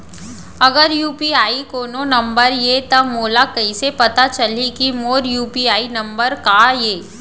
अगर यू.पी.आई कोनो नंबर ये त मोला कइसे पता चलही कि मोर यू.पी.आई नंबर का ये?